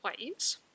ways